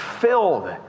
filled